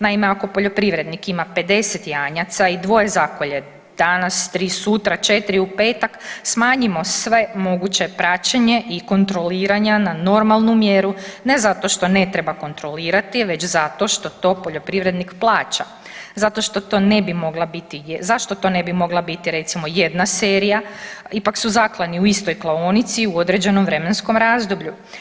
Naime, ako poljoprivrednik ima 50 janjaca i dvoje zakolje danas, tri sutra, četiri u petak, smanjimo sve moguće praćenje i kontroliranja na normalnu mjeru ne zato što ne treba kontrolirati već zato što to poljoprivrednik plaća, zato što to ne bi mogla biti, zašto to ne bi mogla biti recimo jedna serija, ipak su zaklani u istoj klaonici u određenom vremenskom razdoblju.